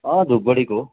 अँ धुपगढीको हो